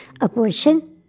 abortion